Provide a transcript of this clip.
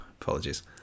apologies